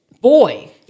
Boy